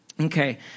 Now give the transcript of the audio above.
Okay